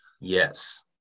yes